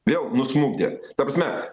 vėl nusmukdė ta prasme